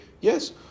Yes